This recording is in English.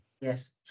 Yes